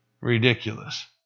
Ridiculous